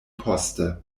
poste